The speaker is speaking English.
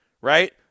right